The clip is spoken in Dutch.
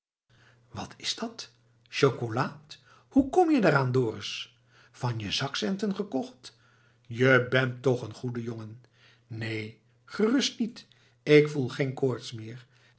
wat is dat chocolaad hoe kom je daar aan dorus van je zakcenten gekocht je bent toch een goeie jongen neen gerust niet ik voel geen koorts meer